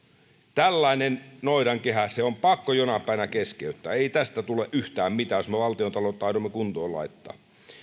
tällainen noidankehä on pakko jonain päivänä keskeyttää ei tästä tule yhtään mitään jos me valtiontaloutta aiomme kuntoon laittaa